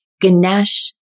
Ganesh